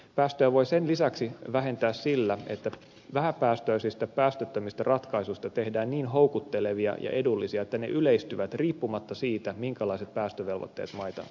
päästöjä voi sen lisäksi vähentää sillä että vähäpäästöisistä ja päästöttömistä ratkaisuista tehdään niin houkuttelevia ja edullisia että ne yleistyvät riippumatta siitä minkälaiset päästövelvoitteet maita koskevat